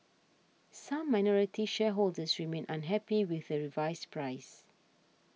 some minority shareholders remain unhappy with the revised price